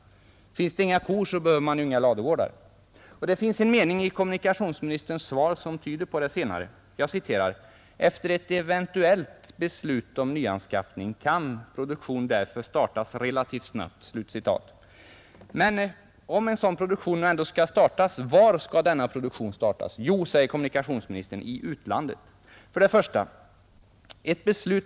Finns det inga kor, så behöver man ju inga ladugårdar. Det finns en mening i kommunikationsministerns svar som tyder på att det senare förhållandet skulle gälla: ”Efter ett eventuellt beslut om nyanskaffning kan därför produktion av motorvagnar starta relativt snabbt.” Men om en sådan produktion ändå skall startas, var skall det ske? Jo, säger kommunikationsministern, i utlandet. Jag frågar mig då: 1.